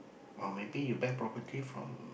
or maybe you buy property from